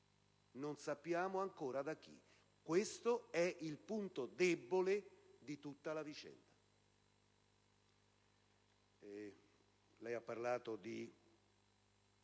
non sappiamo ancora da chi: questo è il punto debole di tutta la vicenda. Il Ministro ha parlato di